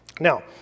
Now